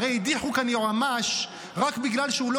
הרי הדיחו כאן יועמ"ש רק בגלל שהוא לא